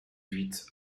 huit